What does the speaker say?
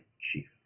chief